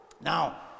now